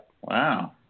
Wow